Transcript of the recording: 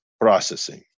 processing